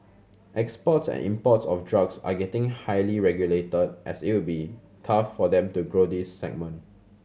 exports and imports of drugs are getting highly regulated as it would be tough for them to grow this segment